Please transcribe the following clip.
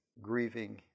grieving